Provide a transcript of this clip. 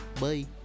Bye